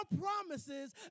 promises